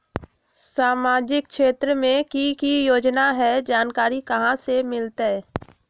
सामाजिक क्षेत्र मे कि की योजना है जानकारी कहाँ से मिलतै?